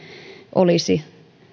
olisi